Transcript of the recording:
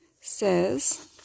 says